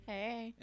Hey